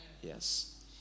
Yes